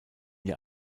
der